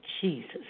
Jesus